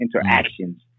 interactions